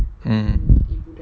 mm